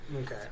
Okay